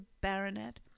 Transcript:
Baronet